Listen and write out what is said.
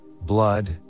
blood